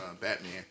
Batman